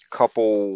couple